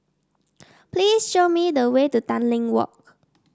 please show me the way to Tanglin Walk